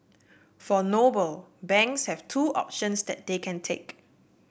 for Noble banks have two options that they can take